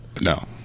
No